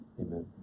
Amen